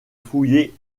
fouillé